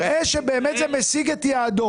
אם נראה שבאמת זה משיג את היעד,